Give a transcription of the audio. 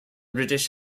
british